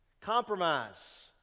Compromise